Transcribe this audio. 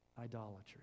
idolatry